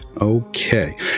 Okay